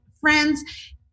friends